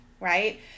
right